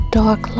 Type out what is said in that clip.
dark